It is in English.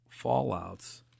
fallouts